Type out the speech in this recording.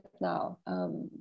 now